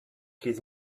his